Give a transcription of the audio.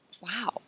Wow